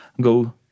go